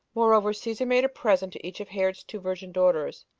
moreover, caesar made a present to each of herod's two virgin daughters,